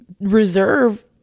reserve